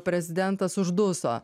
prezidentas užduso